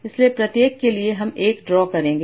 इसलिए प्रत्येक के लिए हम 1 ड्रा करेंगे